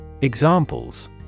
Examples